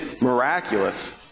miraculous